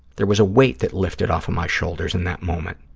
there was a weight that lifted off of my shoulders in that moment.